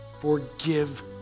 forgive